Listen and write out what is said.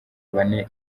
bane